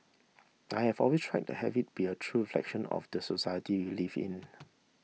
I have always tried to have it be a true reflection of the society we live in